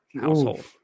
household